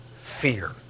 fear